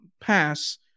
pass